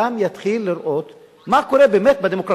גם יתחיל לראות מה קורה באמת בדמוקרטיה.